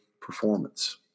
performance